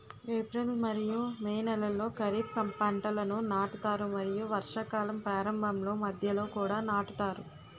April మరియు May నెలలో ఖరీఫ్ పంటలను నాటుతారు మరియు వర్షాకాలం ప్రారంభంలో మధ్యలో కూడా నాటుతారు